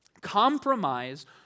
compromise